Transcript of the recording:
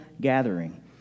gathering